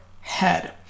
head